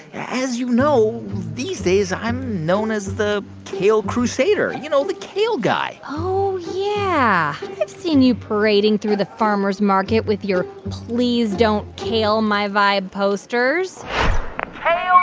as you know, these days i'm known as the kale crusader. you know, the kale guy oh, yeah. i've seen you parading through the farmer's market with your please don't kale my vibe posters kale